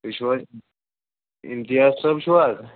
تُہۍ چھُو حظ اِمتِیاز صٲب چھُو حظ